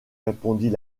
répondit